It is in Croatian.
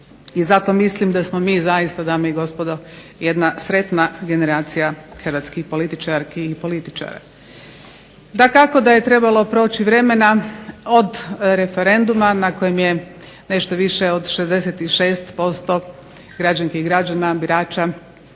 Zato mislim da smo mi zaista dame i gospodo jedna sretna generacija hrvatskih političarki i političara. Dakako da je trebalo proći vremena od referenduma na kojem je nešto više od 66% građanki i građana birača